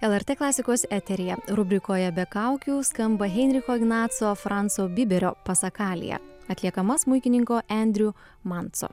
lrt klasikos eteryje rubrikoje be kaukių skamba heinricho ignaco franco byberio pasakalija atliekama smuikininko endriu manco